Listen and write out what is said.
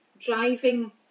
driving